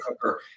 cooker